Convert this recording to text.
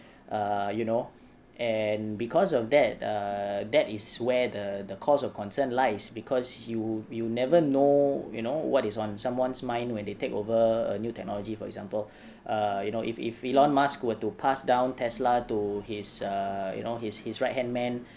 uh you know and because of that err that is where the the cause of concern lies because you you never know you know what is on someone's mind when they take over a new technology for example err you know if if elon musk were to pass down Tesla to his err you know his his right hand man